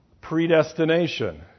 predestination